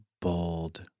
Bold